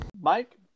Mike